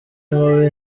mubi